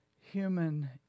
human